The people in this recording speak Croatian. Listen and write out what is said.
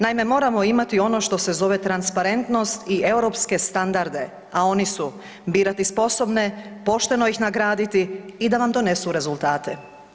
Naime, moramo imati ono što se zove transparentnost i europske standarde, a oni su birati sposobne, pošteno ih nagraditi i da vam donesu rezultate.